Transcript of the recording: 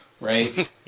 right